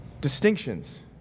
Distinctions